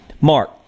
Mark